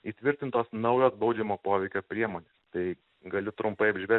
įtvirtintos naujos baudžiamo poveikio priemonės tai galiu trumpai apžvel